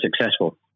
successful